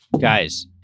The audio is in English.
guys